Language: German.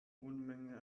unmenge